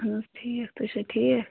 اہن حظ ٹھیٖک تُہۍ چھوا ٹھیٖک